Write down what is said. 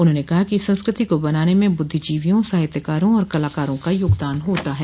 उन्होंने कहा कि संस्कृति को बनाने में बुद्धिजीवियो साहित्यकारों और कलाकारों का योगदान होता है